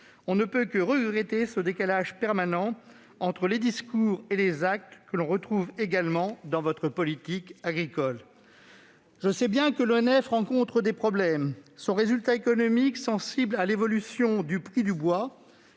On ne peut que regretter le décalage permanent entre les discours et les actes, que l'on retrouve également dans votre politique agricole. Je sais bien que l'ONF rencontre des problèmes. Son résultat économique, sensible à l'évolution du prix du bois,